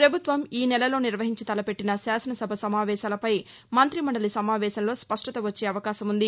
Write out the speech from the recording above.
పభుత్వం ఈ నెలలో నిర్వహించతలపెట్టిన శాసనసభ సమావేశాలపై మంత్రి మండలి సమావేశంలో స్పష్టత వచ్చే అవకాశం ఉంది